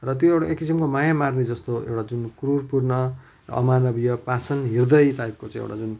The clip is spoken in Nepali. र त्यो एउटा एक किसिमको माया मार्ने जस्तो एउटा जुन क्रुरपूर्ण अमानवीय पाषाण हृदय टाइपको एउटा जुन